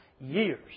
years